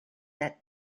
that